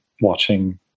watching